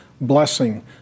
blessing